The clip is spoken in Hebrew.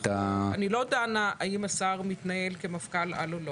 --- אני לא דנה האם השר מתנהל כמפכ"ל על או לא,